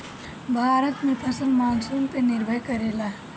भारत में फसल मानसून पे निर्भर करेला